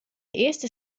earste